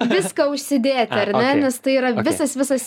viską užsidėti ar ne nes tai yra visas visas